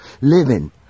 living